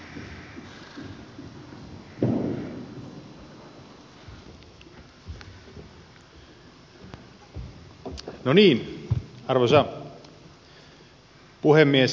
arvoisa puhemies